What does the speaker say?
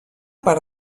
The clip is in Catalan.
part